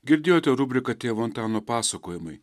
girdėjote rubriką tėvo antano pasakojimai